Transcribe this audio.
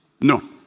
No